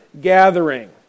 gathering